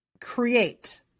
create